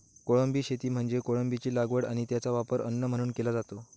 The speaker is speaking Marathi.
कोळंबी शेती म्हणजे कोळंबीची लागवड आणि त्याचा वापर अन्न म्हणून केला जातो